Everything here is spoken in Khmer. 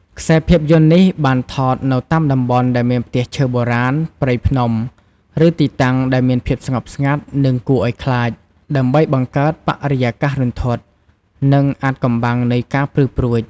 ខ្សែភាពយន្តនេះបានថតនៅតាមតំបន់ដែលមានផ្ទះឈើបុរាណ ព្រៃភ្នំ ឬទីតាំងដែលមានភាពស្ងប់ស្ងាត់ និងគួរឱ្យខ្លាច ដើម្បីបង្កើតបរិយាកាសរន្ធត់ និងអាថ៌កំបាំងនៃការព្រឺព្រួច ។